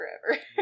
forever